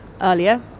earlier